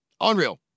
Unreal